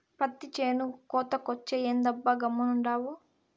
పత్తి చేను కోతకొచ్చే, ఏందబ్బా గమ్మునుండావు